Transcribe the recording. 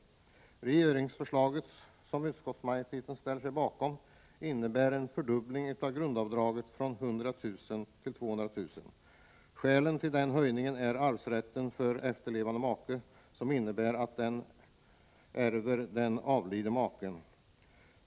Regeringsförslaget, som utskottsmajoriteten ställer sig bakom, innebär en fördubbling av grundavdraget från nuvarande 100 000 kr. till 200 000 kr. Skälet till den höjningen är att den efterlevande maken nu kommer att ärva den avlidne maken.